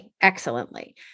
excellently